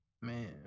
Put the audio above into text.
Man